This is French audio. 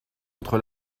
entre